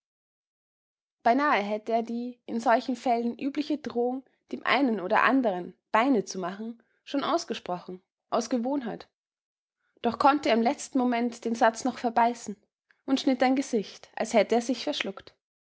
beinahe hätte er die in solchen fällen übliche drohung dem einen oder anderen beine zu machen schon ausgesprochen aus gewohnheit doch konnte er im letzten moment den satz noch verbeißen und schnitt ein gesicht als hätte er sich verschluckt